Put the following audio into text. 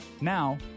Now